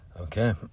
Okay